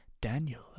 Daniel